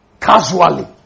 casually